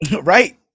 right